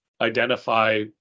identify